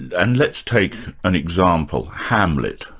and let's take an example hamlet.